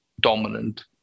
dominant